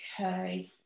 okay